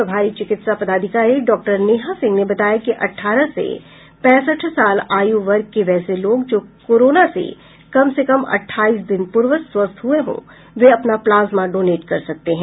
प्रभारी चिकित्सा पदाधिकारी डॉक्टर नेहा सिंह ने बताया कि अठारह से पैंसठ साल आयु वर्ग के वैसे लोग जो कोरोना से कम से कम अट्ठाईस दिन पूर्व स्वस्थ हुये हों वे अपना प्लाज्मा डोनेट कर सकते हैं